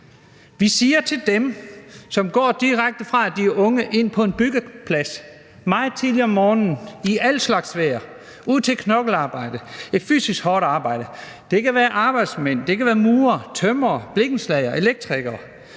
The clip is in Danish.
Vi siger det til dem, der som unge går direkte ind på en byggeplads meget tidligt om morgenen, i alt slags vejr, ud til knoklearbejde, fysisk hårdt arbejde, det kan være arbejdsmænd, det kan være murere, tømrere, blikkenslagere, elektrikere.